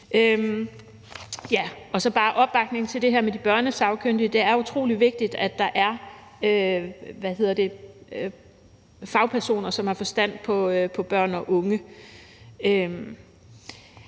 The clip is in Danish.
bare give opbakning til det her med de børnesagkyndige, for det er utrolig vigtigt, at der er fagpersoner, som har forstand på børn og unge.